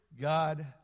God